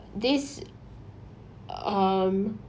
this um